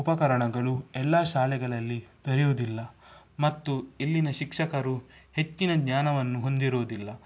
ಉಪಕರಣಗಳು ಎಲ್ಲ ಶಾಲೆಗಳಲ್ಲಿ ದೊರೆಯುವುದಿಲ್ಲ ಮತ್ತು ಇಲ್ಲಿನ ಶಿಕ್ಷಕರು ಹೆಚ್ಚಿನ ಜ್ಞಾನವನ್ನು ಹೊಂದಿರುವುದಿಲ್ಲ